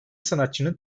sanatçının